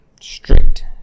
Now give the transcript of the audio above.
strict